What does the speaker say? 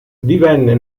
divenne